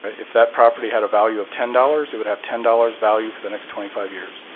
if that property had a value of ten dollars, it would have ten dollars value for the next twenty five years.